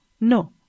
No